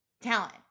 talent